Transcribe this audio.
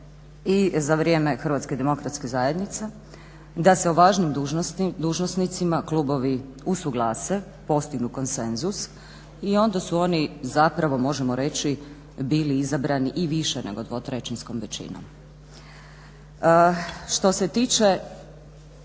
i za vrijeme HDZ-a, da se o važnom dužnosnicima klubovi usuglase, postignu konsenzus i onda su oni zapravo, možemo reći bili izabrani i više nego dvotrećinskom većinom. Što se tiče